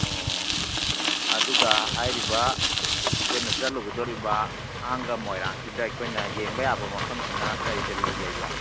ꯑꯣ ꯑꯗꯨꯒ ꯍꯥꯏꯔꯤꯕ ꯑꯩꯈꯣꯏꯅ ꯆꯠꯂꯨꯒꯗꯧꯔꯤꯕ ꯊꯥꯡꯒ ꯃꯣꯏꯔꯥꯡꯁꯤꯗ ꯑꯩꯈꯣꯏꯅ ꯌꯦꯡꯕ ꯌꯥꯕ ꯃꯐꯝꯁꯤꯅ ꯀꯔꯤ ꯀꯔꯤ ꯂꯩꯕ